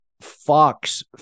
Fox